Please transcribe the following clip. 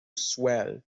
swell